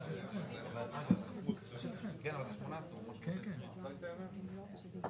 שמחזור עסקאותיו בין 50 אלף שקלים